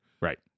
Right